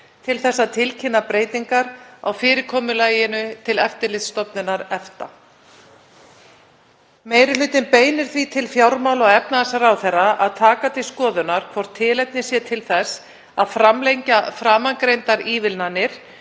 til þess að tilkynna breytingar á fyrirkomulaginu til Eftirlitsstofnunar EFTA. Meiri hlutinn beinir því til fjármála- og efnahagsráðherra að taka til skoðunar hvort tilefni sé til þess að framlengja framangreindar ívilnanir